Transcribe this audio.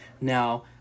Now